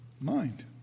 mind